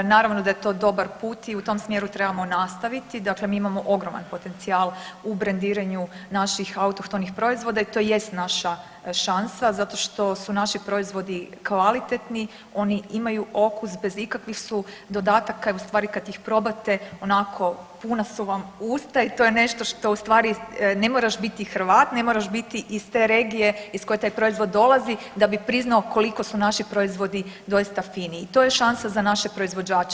Naravno da je to dobar put i u tom smjeru trebamo nastaviti, dakle mi imamo ogroman potencijal u brendiranju naših autohtonih proizvoda i to jest naša šansa zato što su naši proizvodi kvalitetni, oni imaju okus, bez ikakvih su dodataka i u stvari kad ih probate onako puna su vam usta i to je nešto što u stvari ne moraš biti Hrvat, ne moraš biti iz te regije iz koje taj proizvod dolazi da bi priznao koliko su naši proizvodi doista fini i to je šansa za naše proizvođače.